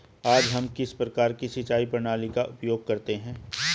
आज हम किस प्रकार की सिंचाई प्रणाली का उपयोग करते हैं?